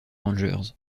rangers